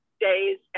days